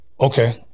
Okay